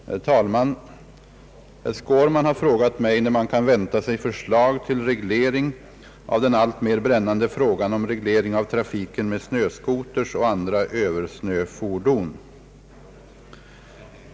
Herr talman! Herr Skårman har frågat mig när man kan vänta sig förslag till reglering av den alltmer brännande frågan om reglering av trafiken med snöskotrar och andra översnöfordon.